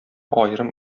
аерым